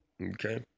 Okay